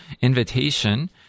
invitation